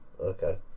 Okay